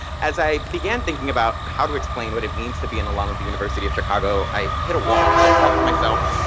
as i began thinking about how to explain what it means to be an alum of the university of chicago, i hit a wall. i thought to myself,